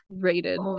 rated